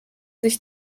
sich